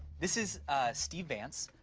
this is steve vance.